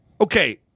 okay